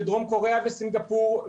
בדרום קוריאה וסינגפור,